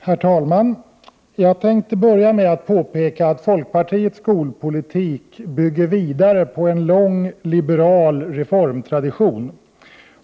Herr talman! Jag skall börja med att påpeka att folkpartiets skolpolitik bygger vidare på en lång liberal reformtradition.